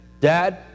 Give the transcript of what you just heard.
dad